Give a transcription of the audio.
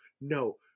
no